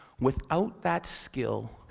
without that skill,